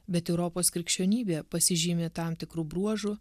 bet europos krikščionybė pasižymi tam tikru bruožu